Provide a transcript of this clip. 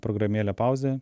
programėlė pauzė